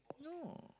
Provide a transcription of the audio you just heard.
no